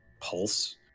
pulse